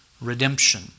redemption